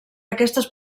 aquestes